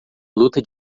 luta